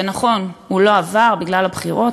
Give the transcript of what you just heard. ונכון, הוא לא עבר, בגלל הבחירות,